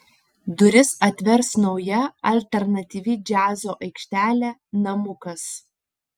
duris atvers nauja alternatyvi džiazo aikštelė namukas